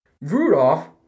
Rudolph